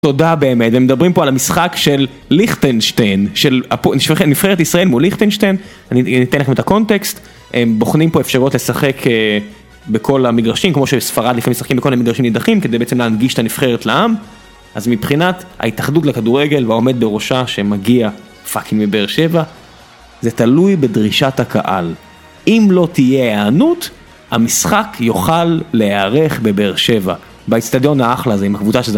תודה באמת. הם מדברים פה על המשחק של ליכטנשטיין של הפוע.. של נבחרת ישראל מול ליכטנשטיין. אני אתן לכם את הקונטקסט: הם בוחנים פה אפשרות לשחק בכל המגרשים כמו שבספרד לפעמים משחקים בכל מיני מגרשים נידחים כדי בעצם להנגיש את הנבחרת לעם, אז מבחינת ההתאחדות לכדורגל והעומד בראשה, שמגיע פאקינג מבאר שבע, זה תלוי בדרישת הקהל. אם לא תהיה היענות, המשחק יוכל להיערך בבאר שבע, באיצטדיון האחלה הזה עם הקבוצה שזכ…